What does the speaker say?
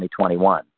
2021